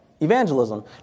Evangelism